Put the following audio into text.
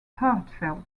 heartfelt